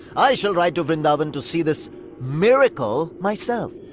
i shall ride to vrindavan to see this miracle myself.